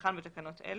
כנוסחן בתקנות אלה,